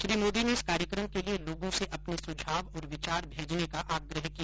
श्री मोदी ने इस कार्यक्रम के लिए लोगों से अपने सुझाव और विचार भेजने का आग्रह किया